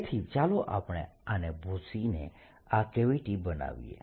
તેથી ચાલો આપણે આને ભૂંસીને આ કેવિટી બનાવીએ